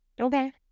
Okay